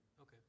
Okay